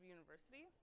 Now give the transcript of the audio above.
University